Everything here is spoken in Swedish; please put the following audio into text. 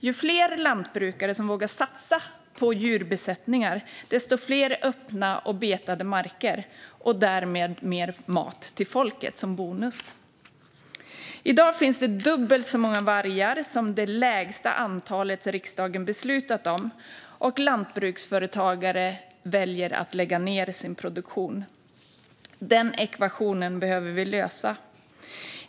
Ju fler lantbrukare som vågar satsa på djurbesättningar, desto fler öppna och betade marker och därmed mer mat till folket som bonus. I dag finns det dubbelt så många vargar som det lägsta antalet riksdagen beslutat om. Och lantbruksföretagare väljer att lägga ned sin produktion. Den ekvationen behöver vi lösa.